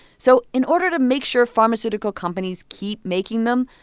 so in order to make sure pharmaceutical companies keep making them,